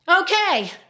okay